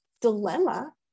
dilemma